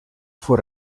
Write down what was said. fue